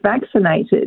vaccinated